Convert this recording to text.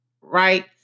right